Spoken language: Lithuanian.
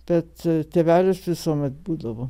bet tėvelis visuomet būdavo